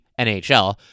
NHL